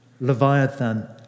Leviathan